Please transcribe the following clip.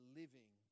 living